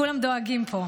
כולם דואגים פה.